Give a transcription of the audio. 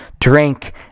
drink